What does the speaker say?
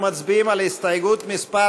אנחנו מצביעים על הסתייגות מס'